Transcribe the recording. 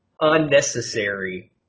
unnecessary